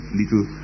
little